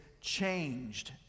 changed